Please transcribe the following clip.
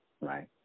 right